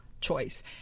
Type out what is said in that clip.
choice